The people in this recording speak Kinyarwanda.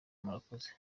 murakoze